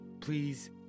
Please